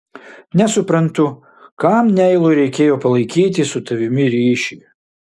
nesuprantu kam neilui reikėjo palaikyti su tavimi ryšį